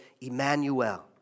Emmanuel